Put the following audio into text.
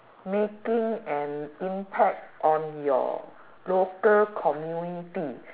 making an impact on your local community